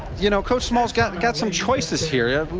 you know coach small's got got some choices here. here.